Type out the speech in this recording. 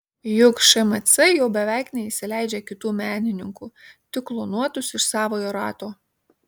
juk šmc jau beveik neįsileidžia kitų menininkų tik klonuotus iš savojo rato